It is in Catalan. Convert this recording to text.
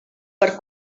per